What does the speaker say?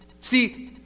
See